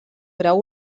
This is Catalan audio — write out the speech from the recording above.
grau